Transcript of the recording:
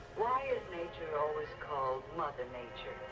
why is nature always called mother nature?